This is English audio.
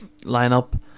lineup